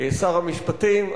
שר המשפטים,